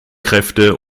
kräfte